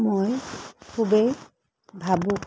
মই খুবেই ভাবোঁ